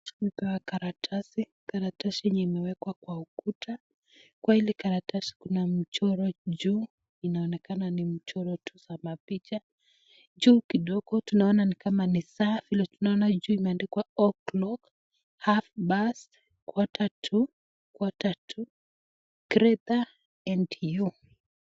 Ni karatasi, karatasi yenye imewekwa kwa ukuta, kwa hili karatasi kuna michoro juu, inaonekana ni mchoro tu za mappicha. Juu kidogo tunaona ni kama ni saa, vile tunaona juu imeandikwa O'clock ,Half Past, Quarter to, Quarter to, Greater & You .